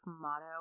motto